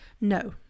no